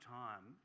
time